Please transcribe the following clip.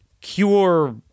cure